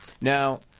now